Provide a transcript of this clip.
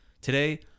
Today